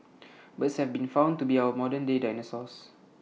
birds have been found to be our modernday dinosaurs